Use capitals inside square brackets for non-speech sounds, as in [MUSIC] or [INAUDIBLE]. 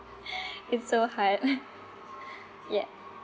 [LAUGHS] it's so hard [LAUGHS] ya